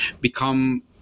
become